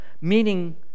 meaning